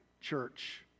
Church